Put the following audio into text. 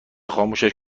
خاموشش